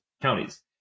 counties